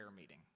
meeting